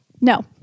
No